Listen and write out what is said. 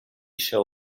show